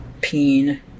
peen